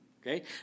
okay